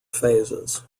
phases